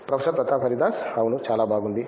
professor Pratap Haridas అవును చాలా బాగుంది